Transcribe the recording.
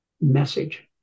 message